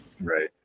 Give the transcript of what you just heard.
right